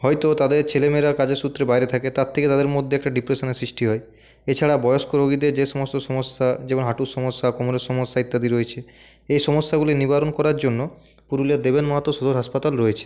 হয়তো তাদের ছেলেমেয়েরা কাজের সুত্রে বাইরে থাকে তার থেকে তাদের মধ্যে একটা ডিপ্রেশনের সৃষ্টি হয় এছাড়া বয়স্ক রুগীদের যে সমস্ত সমস্যা যেমন হাঁটুর সমস্যা কোমরের সমস্যা ইত্যাদি রয়েছে এই সমস্যাগুলি নিবারণ করার জন্য পুরুলিয়ার দেবেন মাহাতো সদর হাসপাতাল রয়েছে